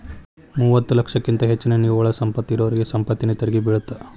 ಮೂವತ್ತ ಲಕ್ಷಕ್ಕಿಂತ ಹೆಚ್ಚಿನ ನಿವ್ವಳ ಸಂಪತ್ತ ಇರೋರಿಗಿ ಸಂಪತ್ತಿನ ತೆರಿಗಿ ಬೇಳತ್ತ